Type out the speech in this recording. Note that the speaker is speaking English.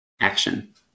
action